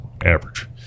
Average